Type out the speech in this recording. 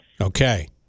Okay